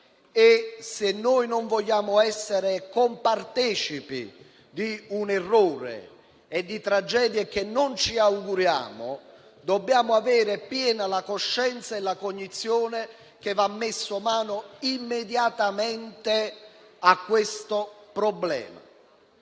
Se non vogliamo essere compartecipi di un errore e di tragedie che non ci auguriamo, dobbiamo avere piena cognizione che deve essere messa mano immediatamente a questo problema.